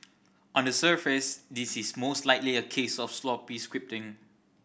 on the surface this is most likely a case of sloppy scripting